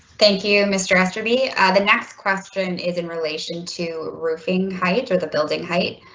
thank you mr. aster be. ah the next question is in relation to roofing height or the building height.